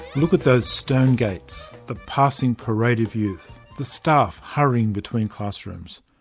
look at those stone gates, the passing parade of youth, the staff hurrying between classrooms.